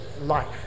life